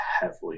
heavily